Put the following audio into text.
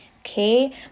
Okay